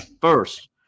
first